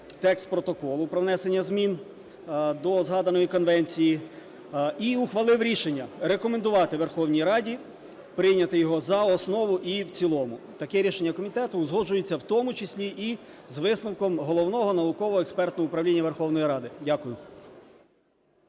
текст Протоколу про внесення змін до згаданої Конвенції і ухвалив рішення рекомендувати Верховній Раді прийняти його за основу і в цілому. Таке рішення комітету узгоджується в тому числі і з висновком Головного науково-експертного управління Верховної Ради. Дякую.